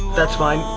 that's fine,